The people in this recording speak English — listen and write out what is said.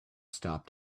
stopped